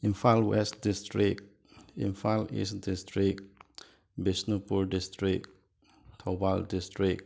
Imphal west district Imphal east district Bishnupur district Thoubal district